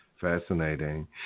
fascinating